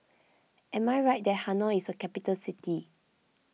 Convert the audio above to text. am I right that Hanoi is a capital city